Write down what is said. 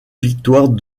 victoire